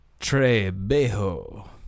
Trebejo